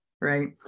right